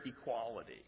equality